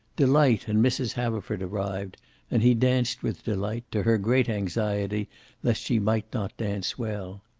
delight and mrs. haverford arrived and he danced with delight, to her great anxiety lest she might not dance well.